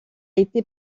été